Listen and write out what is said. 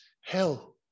hell